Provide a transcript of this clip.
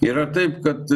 yra taip kad